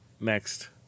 next